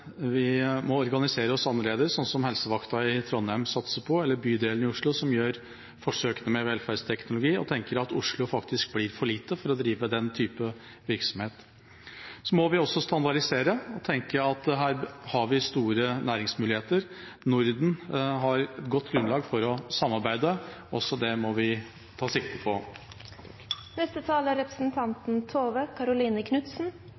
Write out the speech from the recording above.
vi må organisere oss annerledes, sånn som Helsevakta i Trondheim satser på, eller bydelene i Oslo, som gjør forsøk med velferdsteknologi og tenker at Oslo faktisk blir for liten til å drive den type virksomhet. Så må vi også standardisere og tenke at her har vi store næringsmuligheter. Norden har godt grunnlag for å samarbeide. Også det må vi ta sikte på. Det er